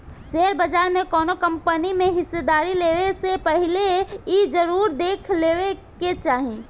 share बाजार में कौनो कंपनी में हिस्सेदारी लेबे से पहिले इ जरुर देख लेबे के चाही